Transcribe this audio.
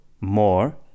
more